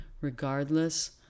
regardless